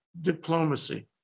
diplomacy